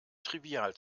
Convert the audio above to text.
trivial